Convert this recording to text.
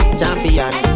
champion